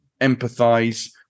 empathize